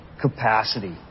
capacity